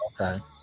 Okay